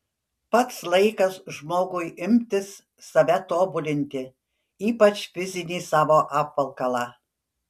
pats laikas žmogui imtis save tobulinti ypač fizinį savo apvalkalą